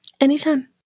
Anytime